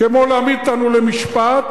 כמו להעמיד אותנו למשפט,